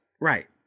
right